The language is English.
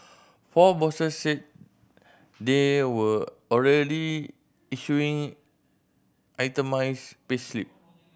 four bosses said they were already issuing itemised payslip